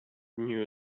knew